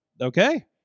Okay